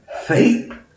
faith